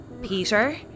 Peter